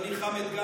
אדוני חמד,